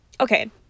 Okay